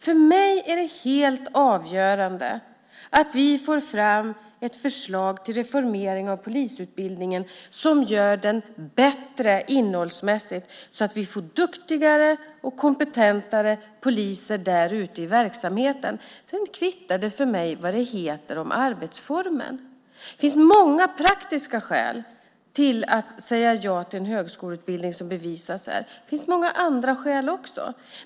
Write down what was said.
För mig är det helt avgörande att vi får fram ett förslag till reformering av polisutbildningen som gör den bättre innehållsmässigt så att vi får duktigare och kompetentare poliser ute i verksamheten. Sedan kvittar det för mig vad det heter om arbetsformen. Det finns många praktiska skäl till att säga ja till en högskoleutbildning, som bevisas här. Det finns många andra skäl också.